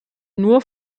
nur